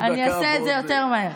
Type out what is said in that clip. אני אעשה את זה יותר מהר.